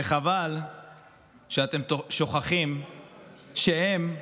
וחבל שאתם שוכחים שהם,